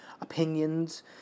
opinions